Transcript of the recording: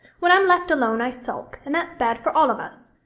when i'm left alone i sulk, and that's bad for all of us.